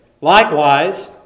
Likewise